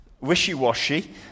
wishy-washy